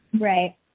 right